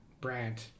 Brant